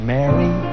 Mary